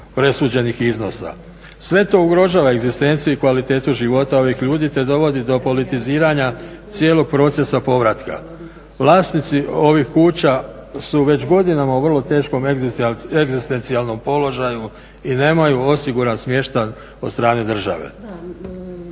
presuđenih iznosa. Sve to ugrožava egzistenciju i kvalitetu života ovih ljudi te dovodi do politiziranja cijelog procesa povratka. Vlasnici ovih kuća su već godinama u vrlo teškom egzistencijalnom položaju i nemaju osiguran smještaj od strane države.